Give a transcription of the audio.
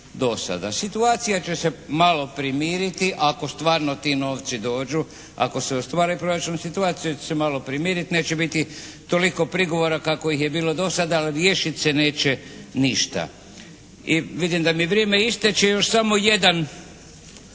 Situacija će se malo primiriti ako stvarno ti novci dođu, ako se ostvari proračun situacija će se malo primiriti, neće biti toliko prigovora kako ih je bilo do sada ali riješit se neće ništa. I vidim da mi vrijeme ističe. Još samo jedna